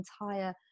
entire